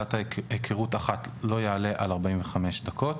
צלילת היכרות ולבצע אותה בתנאים קיצוניים.